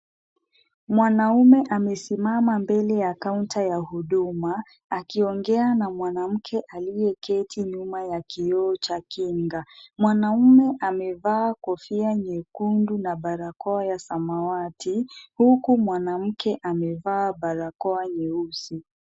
Mwanaume amesimama mbele ya kaunta ya huduma, akiongea na mwanamke aliyeketi nyuma ya kioo cha kinga. Mwanaume amevaa kofia nyekundu na barakoa ya samawati, huku mwanamke amevaa barakoa nyeusi.